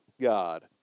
God